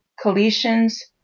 Colossians